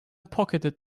pocketed